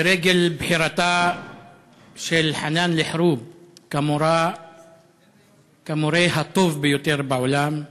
לרגל בחירתה של חנאן אל-חרוב למורה הטובה ביותר בעולם.